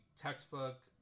textbook